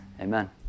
Amen